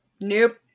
nope